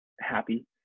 happy